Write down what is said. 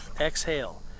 exhale